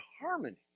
harmony